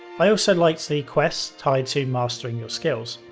i also liked the quests tied to mastering your skills.